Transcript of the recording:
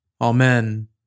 Amen